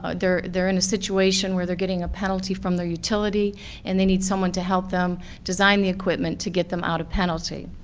ah they're they're in a situation where they're getting a penalty from their utility and they need someone to help them design the equipment to get them out of penalty.